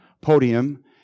podium